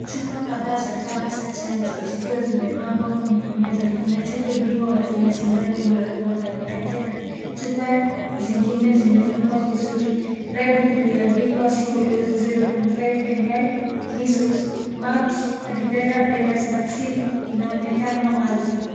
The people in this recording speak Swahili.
Chupa za dawa kadhaa hasa chanjo zikiwa zimepangwa kwenye meza kuna chupa iliowazi na sindano imewekwa ndani yake na chupa zingine zimefungwa vizuri, lebo ilioandikwa single dose 0.5ml measles mumps rubella virus vaccine inaonekana wazi.